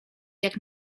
jak